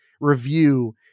review